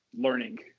learning